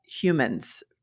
humans